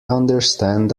understand